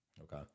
Okay